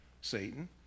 Satan